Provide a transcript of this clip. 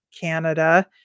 Canada